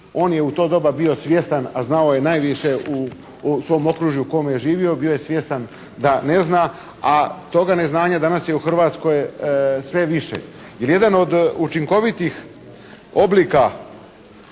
on je u to doba bio svjestan, a znao je najviše u svom okružju u kome je živio, bio je svjestan da ne zna, a toga neznanja danas je u Hrvatskoj sve više i jedan od učinkovitih oblika